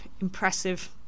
impressive